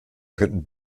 könnten